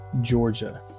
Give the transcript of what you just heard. Georgia